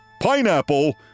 Pineapple